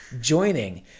joining